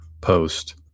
post